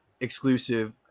exclusive